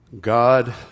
God